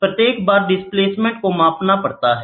प्रत्येक बार डिस्प्लेसमेंट को मापना पड़ता है